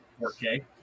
4K